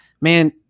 man